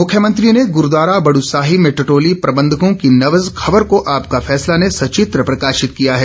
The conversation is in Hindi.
मुख्यमंत्री ने गुरूद्वारा बड़ूसाहिब में टटोली प्रबंधकों की नवज़ खबर को आपका फैसला ने सचित्र प्रकाशित किया है